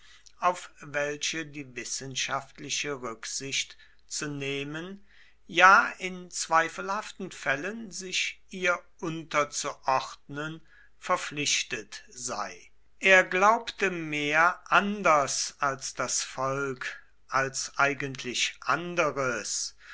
auf welche die wissenschaftliche rücksicht zu nehmen ja in zweifelhaften fällen sich ihr unterzuordnen verpflichtet sei er glaubte mehr anders als das volk als eigentlich anderes